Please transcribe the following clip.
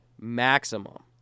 maximum